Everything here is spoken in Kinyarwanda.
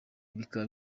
bikaba